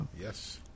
Yes